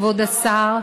כבוד השר,